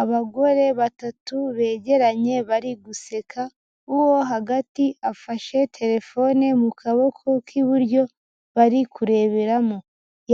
Abagore batatu begeranye bari guseka, uwo hagati afashe telefone mu kaboko k'iburyo, bari kureberamo.